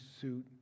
suit